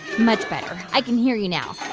much better. i can hear you now.